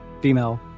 female